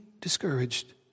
discouraged